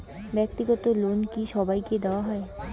ব্যাক্তিগত লোন কি সবাইকে দেওয়া হয়?